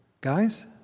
Guys